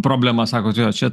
problema sakot jo čia